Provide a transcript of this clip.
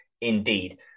Indeed